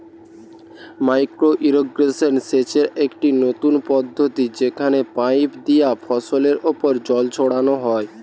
micro irrigation সেচের একটি নতুন পদ্ধতি যেখানে পাইপ দিয়া ফসলের ওপর জল ছড়ানো হয়